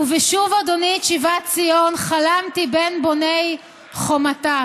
ובשוב ה' את שיבת ציון חלמתי בין בוני חומתה.